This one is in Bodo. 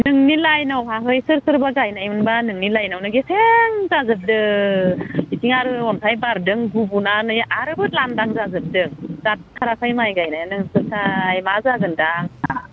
नोंनि लाइनआव सोर सोर गायनायमोनबा नोंनि लाइनआवनो गेसें जाजोबदों बिथिं आरो अन्थाइ बारदों गुबुनानै आरोबाव लांदां जाजोबदों जाथाराखै माइ गायनायानो नोंसोरथाय मा जागोन दा आंहा